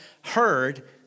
heard